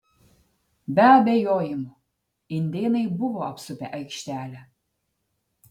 be abejojimo indėnai buvo apsupę aikštelę